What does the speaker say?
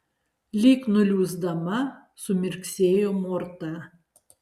lyg nuliūsdama sumirksėjo morta